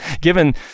given